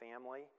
family